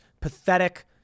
pathetic